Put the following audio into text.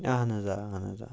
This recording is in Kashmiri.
اَہن حظ آ اَہَن حظ آ